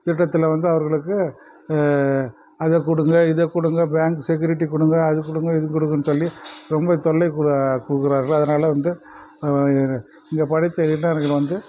திட்டத்தில் வந்து அவர்களுக்கு அதை கொடுங்க இதை கொடுங்க பேங்க் செக்யூரிட்டி கொடுங்க அது கொடுங்க இது கொடுங்கன்னு சொல்லி ரொம்ப தொல்லை கொடுக்கிறார்கள் அதனால் வந்து இங்கே படித்த இளைஞர்கள் வந்து